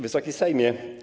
Wysoki Sejmie!